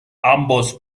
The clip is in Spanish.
ambos